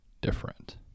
different